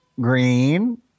green